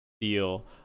deal